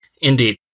Indeed